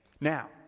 Now